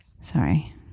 Sorry